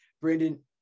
Brandon